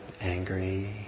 angry